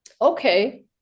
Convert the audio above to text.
okay